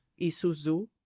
Isuzu